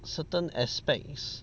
certain aspects